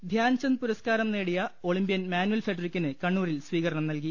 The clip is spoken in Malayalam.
ധ്യാൻചന്ദ് പുരസ്കാരം നേടിയ ഒളിമ്പ്യൻ മാനുവൽ ഫെഡറിക്കിന് കണ്ണൂരിൽ സ്വീകരണം നൽകി